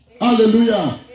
Hallelujah